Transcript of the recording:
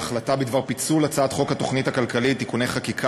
החלטה בדבר פיצול הצעת חוק התוכנית הכלכלית (תיקוני חקיקה